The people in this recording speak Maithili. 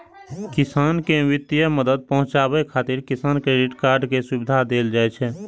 किसान कें वित्तीय मदद पहुंचाबै खातिर किसान क्रेडिट कार्ड के सुविधा देल जाइ छै